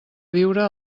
viure